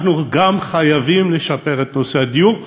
אנחנו חייבים לשפר גם את נושא הדיור,